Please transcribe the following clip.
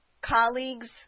colleagues